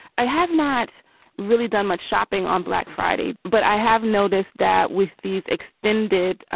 i have not really done much shopping on black friday, but i have noticed that with these extended